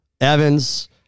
Evans